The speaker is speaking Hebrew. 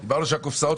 לא.